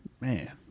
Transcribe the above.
man